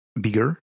bigger